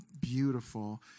beautiful